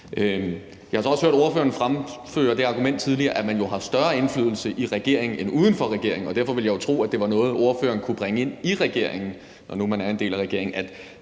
Jeg har så også hørt ordføreren fremføre det argument tidligere, at man jo har større indflydelse i regeringen end uden for regeringen, og derfor ville jeg tro, at det var noget, ordføreren kunne bringe ind i regeringen, når nu man er en del af regeringen,